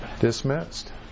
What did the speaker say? dismissed